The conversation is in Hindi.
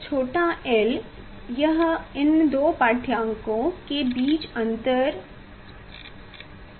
छोटा l यह इन दो पाठ्यांक के बीच अंतर बटे 2 होगा